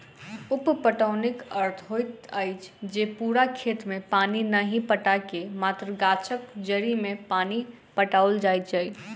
उप पटौनीक अर्थ होइत अछि जे पूरा खेत मे पानि नहि पटा क मात्र गाछक जड़ि मे पानि पटाओल जाय